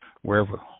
wherever